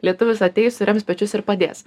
lietuvis ateis surems pečius ir padės